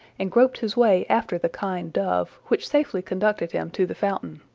and groped his way after the kind dove, which safely conducted him to the fountain.